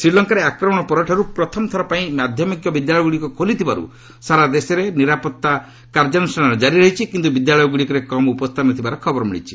ଶ୍ରୀଲଙ୍କାରେ ଆକ୍ରମଣ ପରଠାରୁ ପ୍ରଥମ ଥରପାଇଁ ମାଧ୍ୟମିକ ବିଦ୍ୟାଳୟଗୁଡ଼ିକ ଖୋଲିଥିବାରୁ ସାରା ଦେଶରେ ନିରାପତ୍ତା କାର୍ଯ୍ୟାନୁଷ୍ଠାନ କାରି ରହିଛି କିନ୍ତୁ ବିଦ୍ୟାଳୟଗୁଡ଼ିକରେ କମ୍ ଉପସ୍ଥାନ ଥିବାର ଖବର ମିଳିଛି